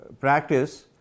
practice